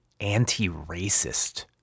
anti-racist